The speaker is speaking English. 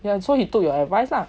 so he took your advice lah